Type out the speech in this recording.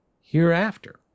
hereafter